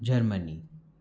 Germany